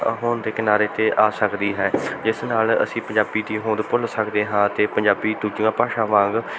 ਹੋਣ ਦੇ ਕਿਨਾਰੇ 'ਤੇ ਆ ਸਕਦੀ ਹੈ ਜਿਸ ਨਾਲ ਅਸੀਂ ਪੰਜਾਬੀ ਦੀ ਹੋਂਦ ਭੁੱਲ ਸਕਦੇ ਹਾਂ ਅਤੇ ਪੰਜਾਬੀ ਦੂਜੀਆਂ ਭਾਸ਼ਾ ਵਾਂਗ